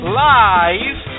live